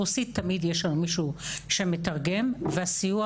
רוסית תמיד יש לנו מישהו שמתרגם והסיוע